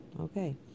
Okay